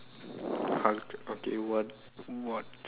Hulk okay what what